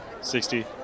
Sixty